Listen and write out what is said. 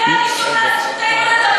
קריאה ראשונה זה,